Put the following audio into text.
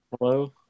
Hello